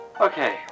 Okay